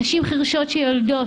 נשים חירשות שיולדות